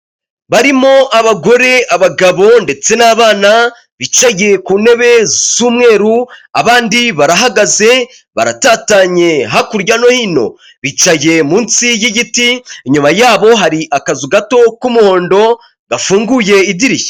Barimo abagore, abagabo ndetse n'abana bicaye ku ntebe z'umweru, abandi barahagaze, baratatanye hakurya no hino. Bicaye munsi y'igiti, inyuma yabo hari akazu gato k'umuhondo gafunguye idirishya.